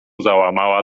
załamała